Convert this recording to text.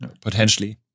potentially